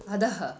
अधः